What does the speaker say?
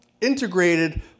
integrated